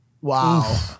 Wow